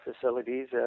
facilities